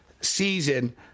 season